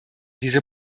diese